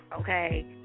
okay